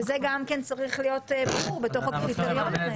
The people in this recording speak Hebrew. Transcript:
וזה צריך להיות ברור בקריטריונים.